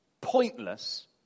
Pointless